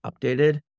updated